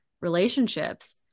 relationships